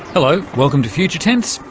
hello, welcome to future tense,